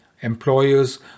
employers